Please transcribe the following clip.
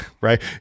right